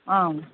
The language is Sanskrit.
आं